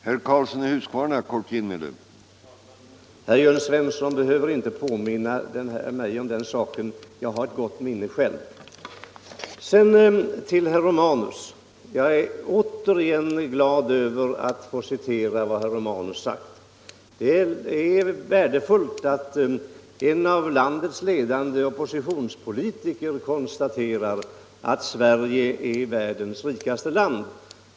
Herr talman! Herr Jörn Svensson behöver inte påminna mig om den saken, jag har ett gott minne själv. Till herr Romanus vill jag säga att jag återigen är glad över att få citera vad herr Romanus sagt. Det är värdefullt att en av landets ledande oppositionspolitiker konstaterar att Sverige är världens rikaste land.